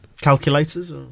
Calculators